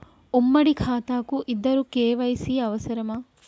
ఉమ్మడి ఖాతా కు ఇద్దరు కే.వై.సీ అవసరమా?